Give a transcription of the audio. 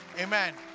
Amen